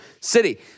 city